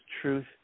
truth